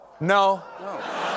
No